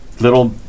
little